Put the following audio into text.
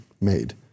made